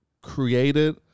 Created